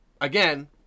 Again